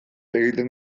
egiten